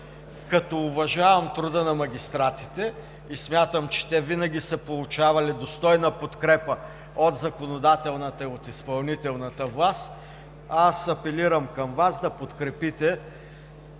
Като уважавам труда на магистратите и смятам, че те винаги са получавали достойна подкрепа от законодателната и от изпълнителната власт, аз апелирам към Вас да подкрепите